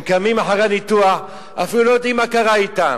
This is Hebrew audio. הם קמים אחרי ניתוח, אפילו לא יודעים מה קרה אתם.